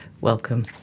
Welcome